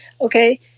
okay